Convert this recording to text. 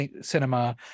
cinema